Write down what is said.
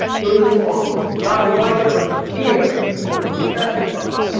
in the swamps. not a white person here, who could testify.